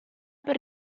per